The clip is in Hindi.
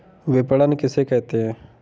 विपणन किसे कहते हैं?